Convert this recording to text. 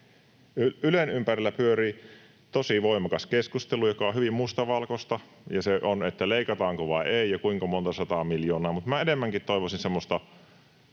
Ylen ympärillä pyörii tosi voimakas keskustelu, joka on hyvin mustavalkoista, ja se on sitä, että leikataanko vai ei ja kuinka monta sataa miljoonaa, mutta minä enemmänkin toivoisin semmoista